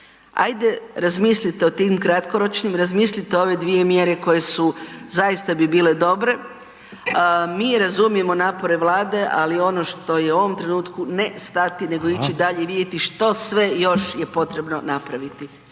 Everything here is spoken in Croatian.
Hajde razmislite o tim kratkoročnim, razmislite ove dvije mjere koje su zaista bi bile dobre. Mi razumijemo napore Vlade, ali ono što je u ovom trenutku ne stati, nego ići dalje i vidjeti što sve još je potrebno napraviti.